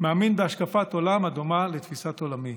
מאמין בהשקפת עולם הדומה לתפיסת עולמי.